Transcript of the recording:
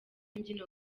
imbyino